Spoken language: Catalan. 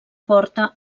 porta